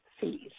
fees